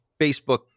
Facebook